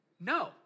No